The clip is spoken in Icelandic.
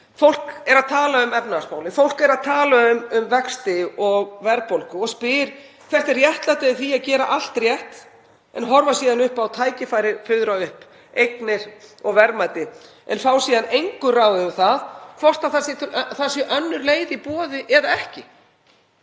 fólk er að tala um efnahagsmálin. Fólk er að tala um vexti og verðbólgu og spyr: Hvert er réttlætið í því að gera allt rétt en horfa síðan upp á tækifæri fuðra upp, eignir og verðmæti, en fá síðan engu ráðið um það hvort það sé önnur leið í boði eða ekki?